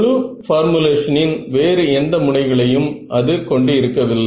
முழு பார்முலேஷனின் வேறு எந்த முனைகளையும் அது கொண்டு இருக்கவில்லை